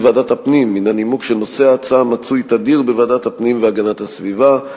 בוועדת הפנים בנימוק שנושא ההצעה מצוי תדיר בוועדת הפנים והגנת הסביבה.